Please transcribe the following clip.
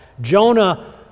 Jonah